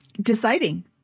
deciding